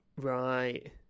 Right